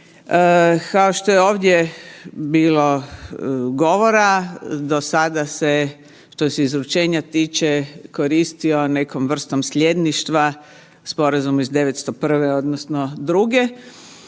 Kao što je ovdje bilo govora, do sada se što se izručenja tiče koristio nekom vrstom sljedništva sporazum iz 901. odnosno 2.-ge